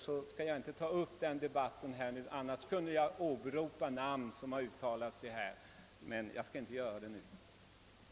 Annars skulle jag i det sammanhanget kunna åberopa namn på personer som har uttalat sig, men jag skall inte göra det nu.